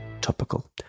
Topical